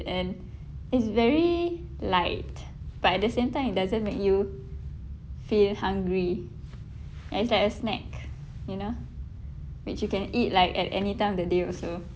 and it's very light but at the same time it doesn't make you feel hungry as like a snack you know which you can eat like at anytime of the day also